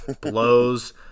blows